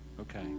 okay